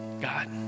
god